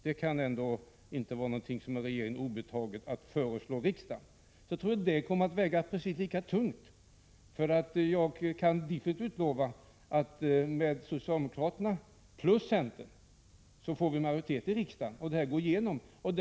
Det måste vara regeringen obetaget att lämna ett sådant förslag till riksdagen, och jag tror att det kommer att väga precis lika tungt. Jag kan definitivt utlova att socialdemokraterna och centern får majoritet för detta förslag i riksdagen.